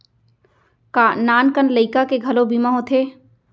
का नान कन लइका के घलो बीमा होथे?